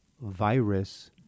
virus